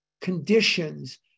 conditions